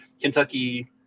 Kentucky